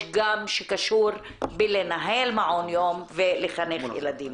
יש גם שקשור בלנהל מעונות יום ולחנך ילדים.